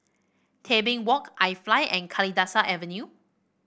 Tebing Walk IFly and Kalidasa Avenue